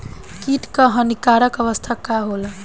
कीट क हानिकारक अवस्था का होला?